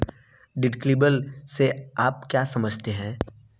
Deductible से आप क्या समझते हैं?